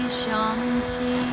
Shanti